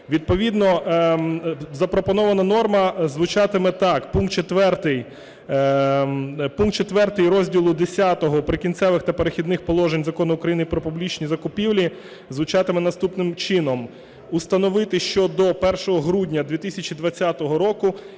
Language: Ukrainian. Відповідно запропонована норма звучатиме так. Пункт 4 розділу Х "Прикінцеві та перехідні положення" Закону України "Про публічні закупівлі" звучатиме наступним чином. "Установити, що до 1 грудня 2020 року,